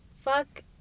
fuck